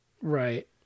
Right